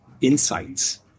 insights